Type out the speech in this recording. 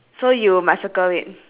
the word for sale